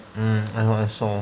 I know I saw